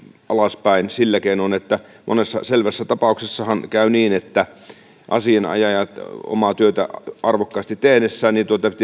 alaspäin monessa selvässä tapauksessahan käy niin että asianajajat omaa työtä arvokkaasti tehdessään